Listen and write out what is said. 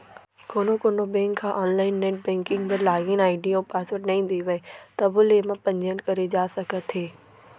कोनो कोनो बेंक ह आनलाइन नेट बेंकिंग बर लागिन आईडी अउ पासवर्ड नइ देवय तभो ले एमा पंजीयन करे जा सकत हे